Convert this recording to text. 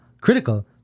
critical